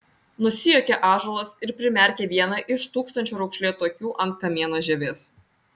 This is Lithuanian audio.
nusijuokė ąžuolas ir primerkė vieną iš tūkstančio raukšlėtų akių ant kamieno žievės